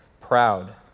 proud